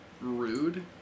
rude